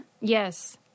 Yes